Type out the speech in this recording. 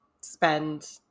spend